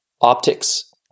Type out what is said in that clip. optics